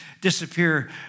disappear